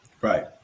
Right